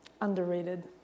Underrated